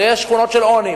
זה יהיה שכונות של עוני,